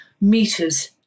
meters